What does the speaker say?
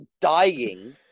dying